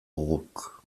guk